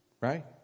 right